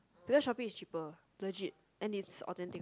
because shoppe is cheaper legit and is authentic one